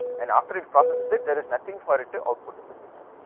and after it process is it there is nothing for it output in the system,